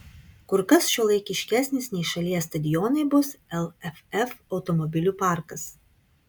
kur kas šiuolaikiškesnis nei šalies stadionai bus lff automobilių parkas